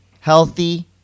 Healthy